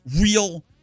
real